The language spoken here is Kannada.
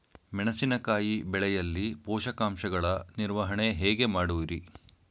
ಮೆಣಸಿನಕಾಯಿ ಬೆಳೆಯಲ್ಲಿ ಪೋಷಕಾಂಶಗಳ ನಿರ್ವಹಣೆ ಹೇಗೆ ಮಾಡುವಿರಿ?